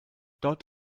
dort